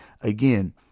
again